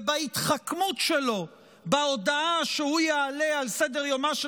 ובהתחכמות שלו בהודעה שהוא יעלה על סדר-יומה של